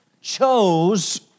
chose